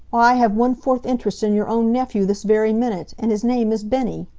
i have one-fourth interest in your own nephew this very minute. and his name is bennie!